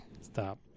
stop